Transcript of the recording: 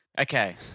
Okay